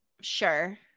Sure